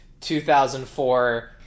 2004